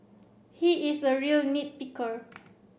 he is a real nit picker